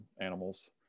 animals